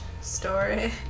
story